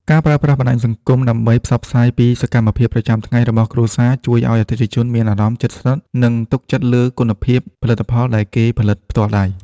ការប្រើប្រាស់បណ្ដាញសង្គមដើម្បីផ្សព្វផ្សាយពីសកម្មភាពប្រចាំថ្ងៃរបស់គ្រួសារ ជួយឱ្យអតិថិជនមានអារម្មណ៍ជិតស្និទ្ធ និងទុកចិត្តលើគុណភាពផលិតផលដែលគេផលិតផ្ទាល់ដៃ។